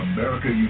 America